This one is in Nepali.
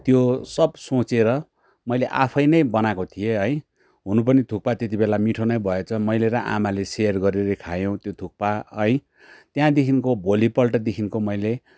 त्यो सब सोचेर मैले आफे नै बनाको थिएँ है हुनु पनि थुक्पा त्यति बेला मिठो नै भएछ मैले र आमाले र गरेर खायौ त्यो थुक्पा है त्यहाँदेखिको भोलिपल्टदेखिको मैले